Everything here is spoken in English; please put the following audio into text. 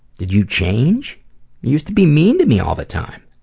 did you change? you used to be mean to me all the time.